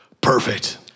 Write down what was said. Perfect